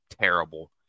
terrible